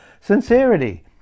sincerity